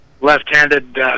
left-handed